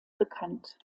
bekannt